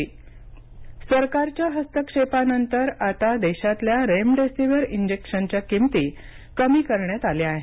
remdesivir किंमत सरकारच्या हस्तक्षेपानंतर आता देशातल्या रेमडेसीवीर इंजेक्शच्या किमती कमी करण्यात आल्या आहेत